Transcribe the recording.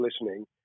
listening